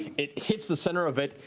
it hits the center of it.